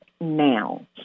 now